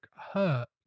hurt